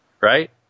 right